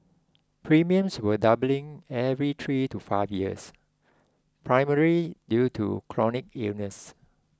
premiums were doubling every three to five years primarily due to chronic illnesses